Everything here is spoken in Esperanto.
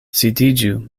sidiĝu